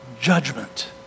judgment